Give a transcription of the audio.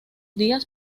días